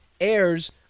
airs